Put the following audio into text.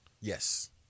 Yes